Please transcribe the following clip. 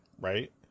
right